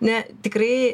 ne tikrai